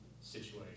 situation